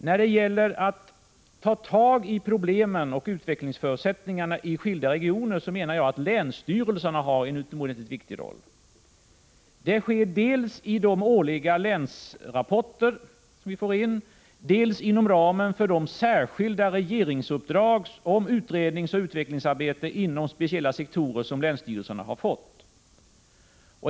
När det gäller att ta tag i problemen och när det gäller utvecklingsförutsättningarna i skilda regioner menar jag att länsstyrelserna spelar en utomordentligt viktig roll, dels genom de årliga länsrapporter som vi får in, dels genom de särskilda regeringsuppdrag om utredningsoch utvecklingsarbete inom speciella sektorer som länsstyrelserna har fått.